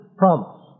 promise